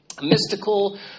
mystical